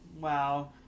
wow